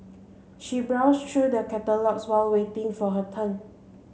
she browsed through the catalogues while waiting for her turn